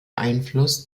einfluss